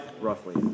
Roughly